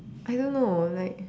I don't know like